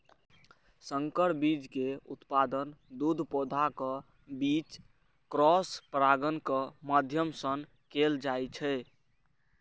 संकर बीज के उत्पादन दू पौधाक बीच क्रॉस परागणक माध्यम सं कैल जाइ छै